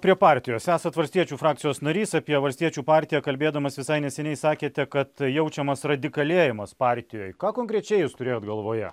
prie partijos esat valstiečių frakcijos narys apie valstiečių partiją kalbėdamas visai neseniai sakėte kad jaučiamas radikalėjimas partijoj ką konkrečiai jūs turėjot galvoje